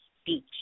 speech